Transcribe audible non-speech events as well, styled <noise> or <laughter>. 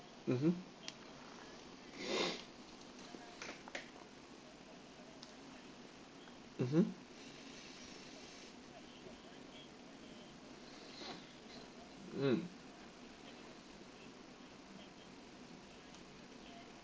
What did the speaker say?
mmhmm <noise> mmhmm mm